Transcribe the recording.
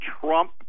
trump